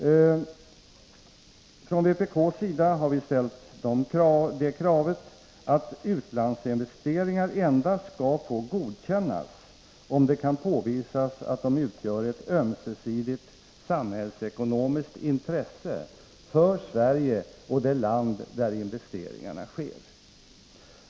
Från vpk:s sida har vi ställt kravet att utlandsinvesteringar endast skall få godkännas om det kan påvisas att de utgör ett ömsesidigt samhällsekonomiskt intresse för Sverige och det land där investeringarna sker.